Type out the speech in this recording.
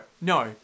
no